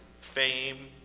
Fame